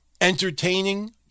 entertaining